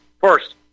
First